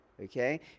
Okay